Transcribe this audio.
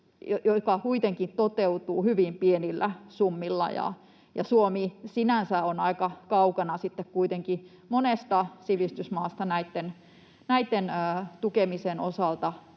joka kuitenkin toteutuu hyvin pienillä summilla. Suomi sinänsä on aika kaukana sitten kuitenkin monesta sivistysmaasta näitten tukemisen osalta,